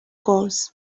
goes